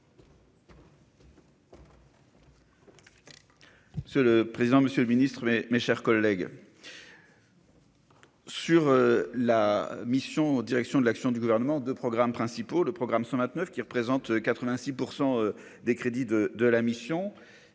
C'est le président, Monsieur le Ministre, mes, mes chers collègues. Sur la mission Direction de l'action du gouvernement de programmes principaux : le programme 129 qui représente 86 % des crédits de de la mission et notre